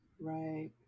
Right